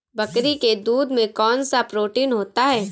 बकरी के दूध में कौनसा प्रोटीन होता है?